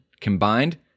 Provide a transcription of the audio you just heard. Combined